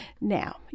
Now